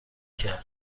کرد